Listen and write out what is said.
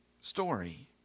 story